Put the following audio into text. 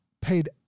paid